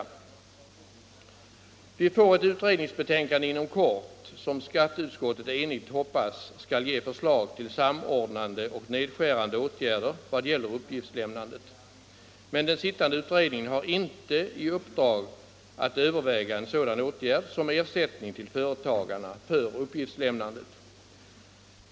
Vi får inom kort ett utredningsbetänkande som, enligt vad skatteutskottet enigt hoppas, skall ge förslag till samordnande och nedskärande åtgärder i vad gäller uppgiftslämnandet. Men den sittande utredningen har inte i uppdrag att överväga en sådan åtgärd som ersättning till företagarna för uppgiftslämnandet.